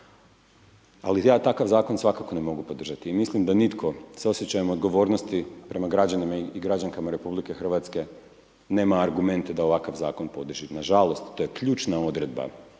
Ali ja takav zakon svakako ne mogu podržati i mislim da nitko sa osjećajem odgovornosti prema građanima i građankama RH, nema argumente da ovakav zakon podrži, nažalost, to je ključna odredba ovoga